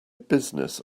business